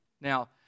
Now